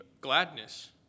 gladness